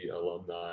alumni